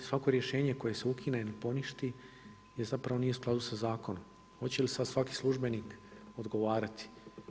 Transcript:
Svako rješenje koje se ukine, poništi zapravo nije u skladu sa zakonom, hoće li sad svaki službenik odgovarati.